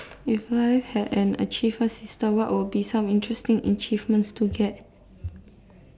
if life had an achievement system what would be some interesting achievements to get